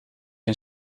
een